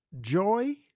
joy